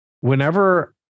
whenever